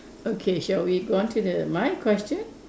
okay shall we go on to the my question